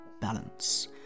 balance